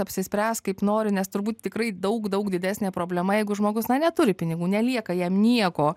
apsispręst kaip noriu nes turbūt tikrai daug daug didesnė problema jeigu žmogus na neturi pinigų nelieka jam nieko